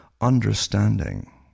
Understanding